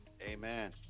Amen